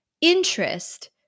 interest